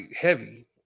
heavy